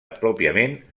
pròpiament